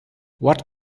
what